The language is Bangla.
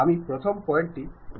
আমি প্রথম পয়েন্টটি বেছে নিয়েছি